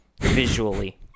visually